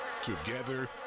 Together